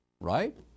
Right